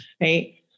right